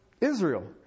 Israel